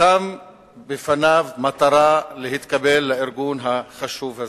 שם בפניו מטרה להתקבל לארגון החשוב הזה.